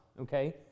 Okay